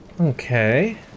Okay